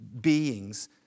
beings